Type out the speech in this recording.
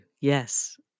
Yes